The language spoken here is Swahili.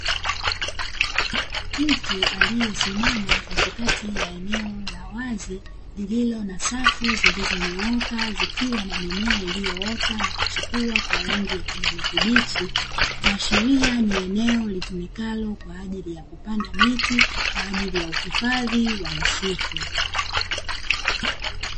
Mtu aliesimama katikati ya eneo la wazi, lililo na safu zilizonyooka zikiwa na mimea iliyoota na kuchipua kwa rangi ya kijani kibichi, kuashiria ni eneo litumikalo kwa ajili ya kupanda miti, kwa ajili ya uhifdhi wa misitu.